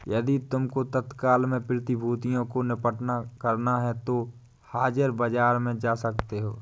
यदि तुमको तत्काल में प्रतिभूतियों को निपटान करना है तो हाजिर बाजार में जा सकते हो